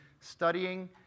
studying